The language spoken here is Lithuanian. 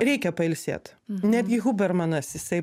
reikia pailsėt netgi hubermanas jisai